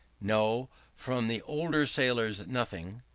no from the older sailors nothing.